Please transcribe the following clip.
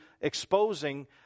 exposing